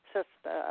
Sister